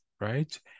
right